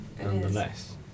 Nonetheless